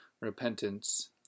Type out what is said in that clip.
repentance